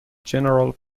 general